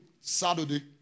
Saturday